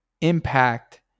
impact